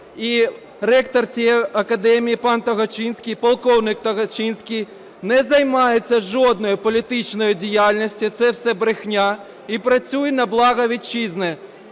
І ректор цієї академії пан Тогочинський, полковник Тогочинський, не займається жодною політичною діяльністю, це все брехня, і працює на благо Вітчизни.